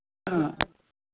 অঁ